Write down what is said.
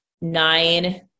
nine